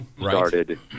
started